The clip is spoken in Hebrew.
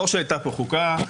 ללא שהייתה פה חוקה,